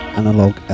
analog